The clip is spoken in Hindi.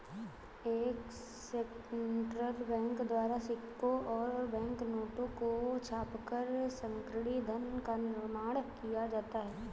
एक सेंट्रल बैंक द्वारा सिक्कों और बैंक नोटों को छापकर संकीर्ण धन का निर्माण किया जाता है